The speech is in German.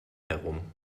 herum